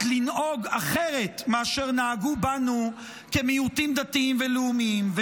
לנהוג אחרת מכפי שנהגו בנו כמיעוטים דתיים ולאומיים.